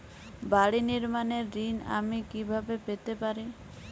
বাড়ি নির্মাণের ঋণ আমি কিভাবে পেতে পারি?